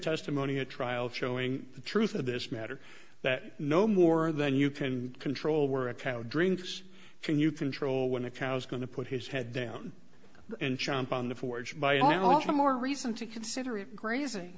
testimony at trial showing the truth of this matter that no more than you can control where a cow drinks can you control when the cows going to put his head down and chomp on the forge by all the more reason to consider it gr